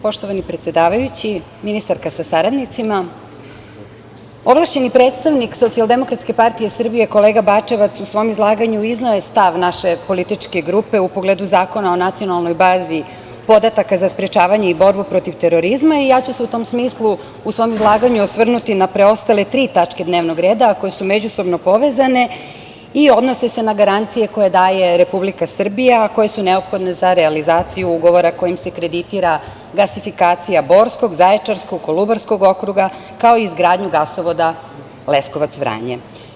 Poštovani predsedavajući, ministarka sa saradnicima, ovlašćeni predstavnik SDPS kolega Bačevac u svom izlaganju izneo je stav naše političke grupe u pogledu Zakona o nacionalnoj bazi podataka za sprečavanje i borbu protiv terorizma, i u tom smislu ću se u svom izlaganju osvrnuti na preostale tri tačke dnevnog reda, a koje su međusobno povezane i odnose se na garancije koje daje Republika Srbija, a koje su neophodne za realizaciju ugovora kojim se kreditira gasifikacija Borskog, Zaječarskog, Kolubarskog okruga, kao i izgradnju gasovoda Leskovac-Vranje.